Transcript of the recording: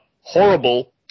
Horrible